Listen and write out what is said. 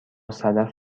صدف